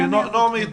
נעמי, את